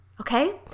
okay